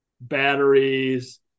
batteries